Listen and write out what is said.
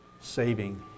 saving